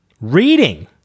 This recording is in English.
reading